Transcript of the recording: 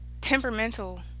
temperamental